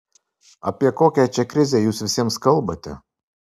apie kokią čia krizę jūs visiems kalbate